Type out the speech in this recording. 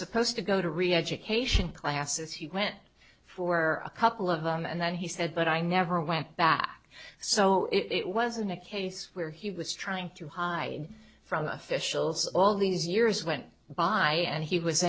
supposed to go to reeducation classes he went for a couple of and then he said but i never went back so it wasn't a case where he was trying to hide from officials all these years went by and he was